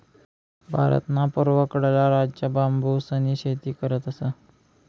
भारतना पूर्वकडला राज्य बांबूसनी शेती करतस